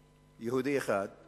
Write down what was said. שאלו יהודי אחד,